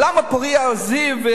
למה "פורייה" או "זיו",